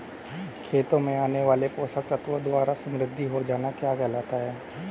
खेतों में आने वाले पोषक तत्वों द्वारा समृद्धि हो जाना क्या कहलाता है?